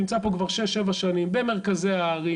שנמצא פה כבר שש או שבע שנים במרכזי הערים,